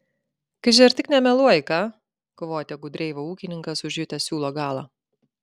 kaži ar tik nemeluoji ką kvotė gudreiva ūkininkas užjutęs siūlo galą